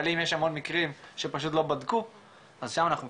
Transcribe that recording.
אבל אם יש המון מקרים שפשוט לא בדקו - אז שם אנחנו מפספסים.